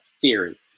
theory